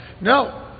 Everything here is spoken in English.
No